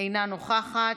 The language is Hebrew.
אינה נוכחת,